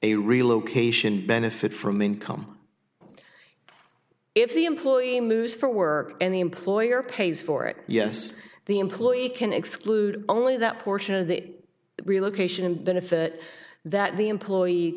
a relocation benefit from income if the employee moves for work and the employer pays for it yes the employee can exclude only that portion of the relocation benefit that the employee